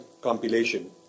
compilation